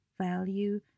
value